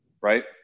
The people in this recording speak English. right